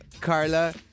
Carla